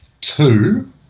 two